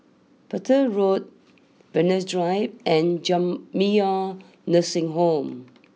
Petir Road Venus Drive and Jamiyah Nursing Home